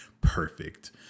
perfect